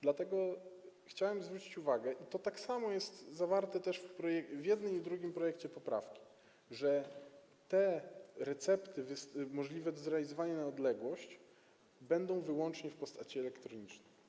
Dlatego chciałem zwrócić uwagę na to - tak samo jest to zawarte w jednym i w drugim projekcie poprawki - że recepty możliwe do zrealizowania na odległość będą wyłącznie w postaci elektronicznej.